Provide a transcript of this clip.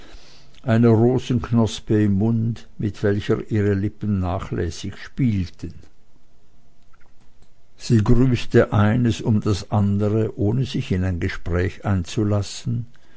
eine rosenknospe im munde mit welcher ihre lippen nachlässig spielten sie grüßte eines um das andere ohne sich in ein gespräch einzulassen